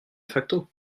facto